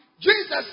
Jesus